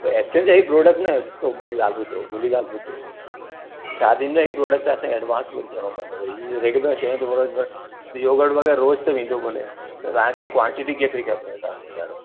त हीअ प्रोडक्ट न त मुंहिंजी ॻाल्हि ॿुधो मुंहिंजी ॻाल्हि ॿुधो छा थींदो आहे हीअ प्रोडक्ट त असां एडवांस में अथव ईअं रेगुलर शइ ते बराबरि योगर्ट वग़ैरह रोज त वेंदो कोन्हे त तव्हांखे क़्वांटिटी केतिरी खपेव तव्हां ॿुधायो